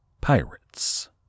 pirates